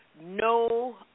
no